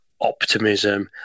optimism